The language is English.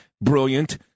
brilliant